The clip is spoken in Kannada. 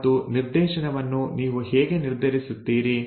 ಮತ್ತು ನಿರ್ದೇಶನವನ್ನು ನೀವು ಹೇಗೆ ನಿರ್ಧರಿಸುತ್ತೀರಿ